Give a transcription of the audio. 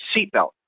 seatbelt